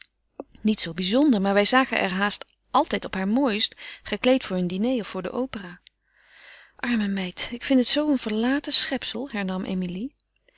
niet zoo bizonder maar wij zagen haar er altijd op haar mooist gekleed voor een diner of voor de opera arme meid ik vind het zoo een verlaten schepsel hernam emilie